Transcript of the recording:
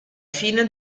fine